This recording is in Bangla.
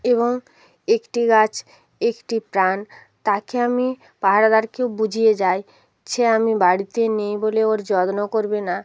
এবং একটি গাছ একটি প্রাণ তাকে আমি পাহাদারকেও বুঝিয়ে যাই ঝে আমি বাড়িতে নেই বলে ওর যত্ন করবে না